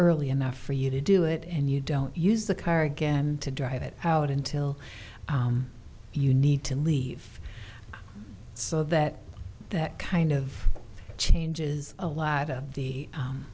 early enough for you to do it and you don't use the car again to drive it out until you need to leave so that that kind of changes a lot of the